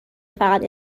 فقط